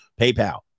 PayPal